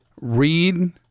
read